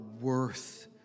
worth